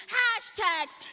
hashtags